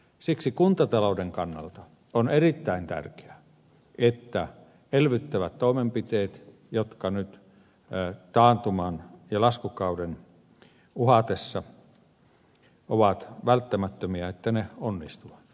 siksi kuntatalouden kannalta on erittäin tärkeää että elvyttävät toimenpiteet jotka nyt taantuman ja laskukauden uhatessa ovat välttämättömiä onnistuvat